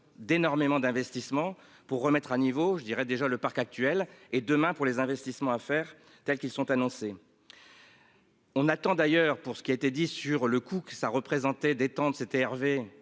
d'énormément d'investissement pour remettre à niveau je dirais déjà le parc actuel et demain pour les investissements à faire, tels qu'ils sont annoncés. On attend d'ailleurs pour ce qui a été dit sur le coup que ça représentait. C'était Hervé